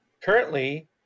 currently